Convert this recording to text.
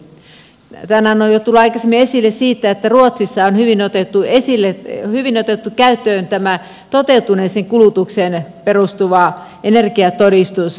tämän annoin jo tulla aikaisemmin esille siitä että ruotsissa on hyvin otettu esille hyvin otettu käyttöön tämä toteutuneeseen kulutukseen perustuva energiatodistus